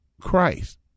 Christ